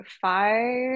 five